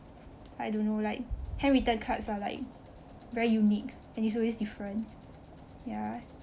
I don't know like handwritten cards are like very unique and it's always different ya